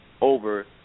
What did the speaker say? over